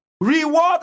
Reward